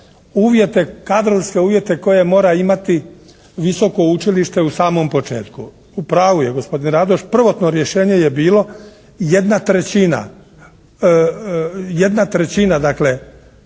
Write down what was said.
uvjete, kadrovske uvjete koje mora imati visoko učilište u samom početku. U pravu je gospodin Radoš. Prvotno rješenje je bilo 1/3. 1/3 dakle nastavnika u